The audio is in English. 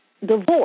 Divorce